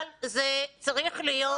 אבל זה צריך להיות הסכם חתום.